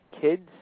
kids